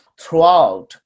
throughout